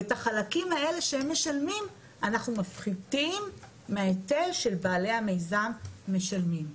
ואת החלקים האלה שהם משלמים אנחנו מפחיתים מההיטל שבעלי המיזם משלמים.